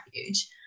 refuge